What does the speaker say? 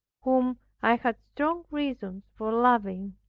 whom i had strong reasons for loving.